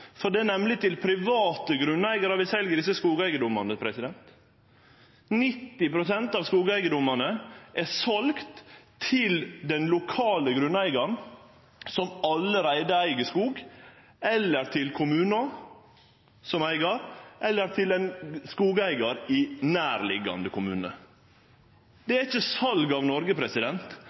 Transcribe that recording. av, det er nemleg til private grunneigarar vi sel desse skogeigedomane. 90 pst. av skogeigedomane er selde til den lokale grunneigaren som allereie eig skog, eller til kommunen som eigar, eller til ein skogeigar i ein nærliggjande kommune. Det er ikkje sal av Noreg.